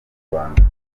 rwanda